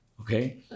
Okay